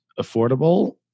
affordable